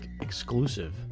exclusive